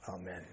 Amen